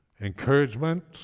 encouragement